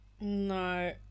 No